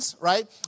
Right